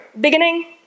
beginning